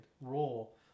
role